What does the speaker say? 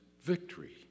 victory